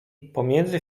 pomiędzy